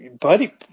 Buddy